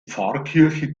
pfarrkirche